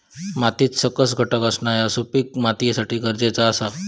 मातीत सकस घटक असणा ह्या सुपीक मातीसाठी गरजेचा आसा